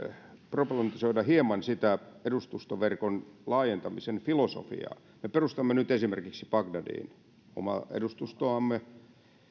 problematisoida hieman edustustoverkon laajentamisen filosofiaa me perustamme nyt esimerkiksi bagdadiin omaa edustustoamme